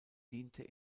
diente